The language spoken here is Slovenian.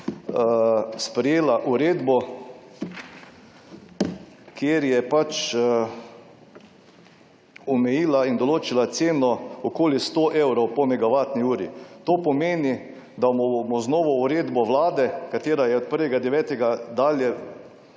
sprejela uredbo, kjer je pač omejila in določila ceno okoli sto evrov po megavatni uri. To pomeni, da bomo z novo uredbo vlade, katera je od 1. 9. dalje